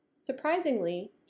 Surprisingly